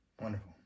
Wonderful